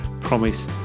promise